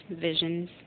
visions